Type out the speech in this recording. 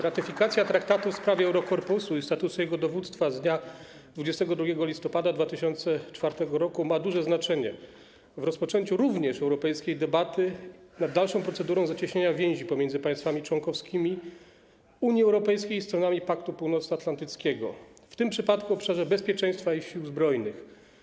Ratyfikacja traktatu w sprawie Eurokorpusu i statusu jego dowództwa z dnia 22 listopada 2004 r. ma duże znaczenie w rozpoczęciu również europejskiej debaty nad dalszą procedurą zacieśnienia więzi pomiędzy państwami członkowskimi Unii Europejskiej i stronami Paktu Północnoatlantyckiego, w tym przypadku w obszarze bezpieczeństwa i sił zbrojnych.